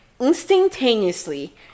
instantaneously